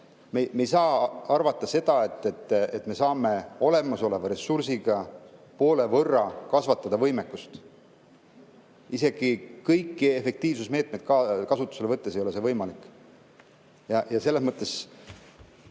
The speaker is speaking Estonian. Me ei saa arvata, et me saame olemasoleva ressursiga võimekust poole võrra kasvatada. Isegi kõiki efektiivsusmeetmeid kasutusele võttes ei ole see võimalik. Selles mõttes